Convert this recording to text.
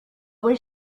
was